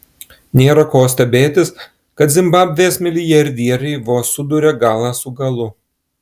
nėra ko stebėtis kad zimbabvės milijardieriai vos suduria galą su galu